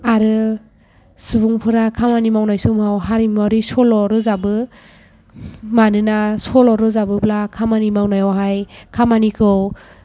आरो सुबुंफोरा खामानि मावनाय समाव हारिमुआरि सल' रोजाबो मानोना सल' रोजाबोब्ला खामानि मावनायावहाय खामानिखौ